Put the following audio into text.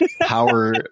power